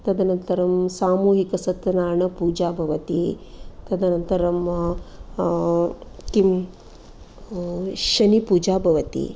तदनन्तरं सामूहिकसत्यनारायणपूजा भवति तदनन्तरं किम् शनिपूजा भवति